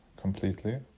completely